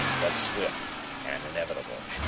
but swift and inevitable